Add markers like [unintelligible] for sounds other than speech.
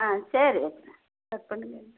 ஆ சரி வெச்சிடுறேன் கட் பண்ணுங்கள் [unintelligible]